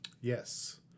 Yes